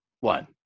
one